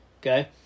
Okay